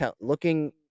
looking